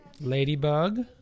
Ladybug